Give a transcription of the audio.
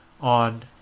on